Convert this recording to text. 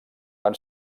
van